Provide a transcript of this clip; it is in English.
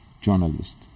journalist